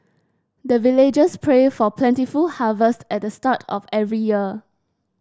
the villagers pray for plentiful harvest at the start of every year